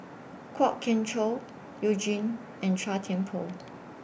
Kwok Kian Chow YOU Jin and Chua Thian Poh